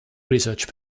research